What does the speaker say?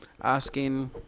Asking